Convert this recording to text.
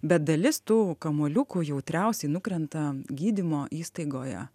bet dalis tų kamuoliukų jautriausiai nukrenta gydymo įstaigoje